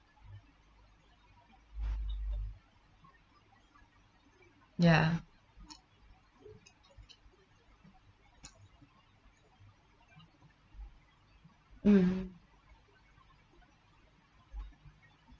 ya mm